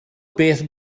beth